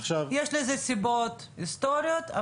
יש לזה סיבות, היסטוריות.